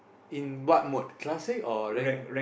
in what mode classic or rank